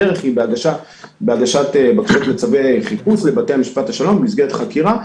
הדרך היא בהגשת בקשות לצווי חיפוש לבתי משפט השלום במסגרת חקירה.